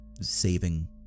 saving